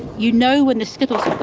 you know when the skittles